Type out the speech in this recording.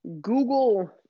Google